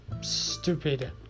stupid